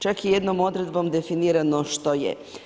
Čak je jednom odredbom definirano što je.